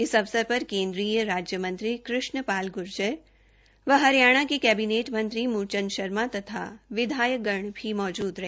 इस अवसर पर केन्द्रीय राज्य मंत्री कृष्णपाल गुर्जर व हरियाणा के कैबिनेट मंत्री मूचचंद शर्मा तथा विधायक गण भी मौजूद रहे